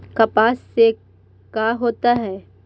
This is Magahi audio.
कपास से का होता है?